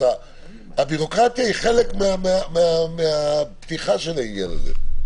הביורוקרטיה היא חלק מפתיחת העניין הזה.